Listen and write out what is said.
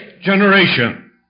generation